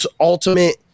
ultimate